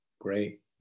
great